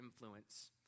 influence